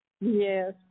Yes